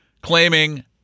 claiming